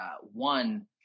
one